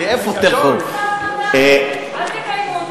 אל תקיימו.